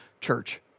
church